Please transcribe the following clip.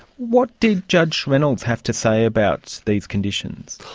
what did judge reynolds have to say about these conditions?